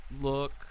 look